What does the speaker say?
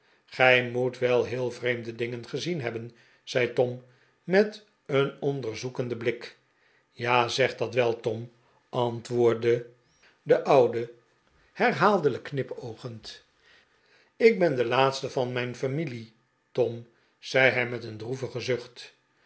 gij moet wel heel vreemde dingen ge zien hebben zei tom met een onderzoekenden blik ja zeg dat wel tom antwoordde de oude herhaaldelijk knipoogend ik ben de laatste van mijn familie tom zei hij met een droevigen zucht